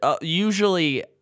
usually